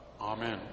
Amen